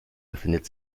befindet